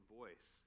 voice